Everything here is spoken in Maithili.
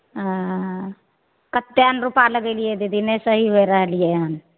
हॅं कतेक ने रूपा लगैलियै दीदी नहि सही होइ रहलियै हन